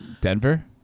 Denver